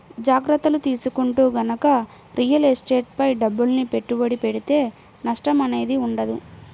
జాగర్తలు తీసుకుంటూ గనక రియల్ ఎస్టేట్ పై డబ్బుల్ని పెట్టుబడి పెడితే నష్టం అనేది ఉండదు